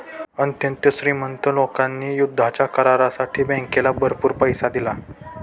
अत्यंत श्रीमंत लोकांनी युद्धाच्या करारासाठी बँकेला भरपूर पैसा दिला